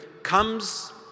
comes